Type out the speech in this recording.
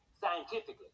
scientifically